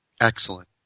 Excellent